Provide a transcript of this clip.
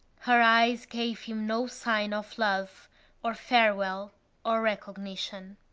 her eyes gave him no sign of love or farewell or recognition.